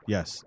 Yes